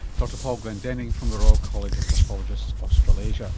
dr paul glendenning from the royal college of pathologists australasia